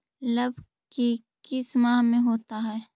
लव की किस माह में होता है?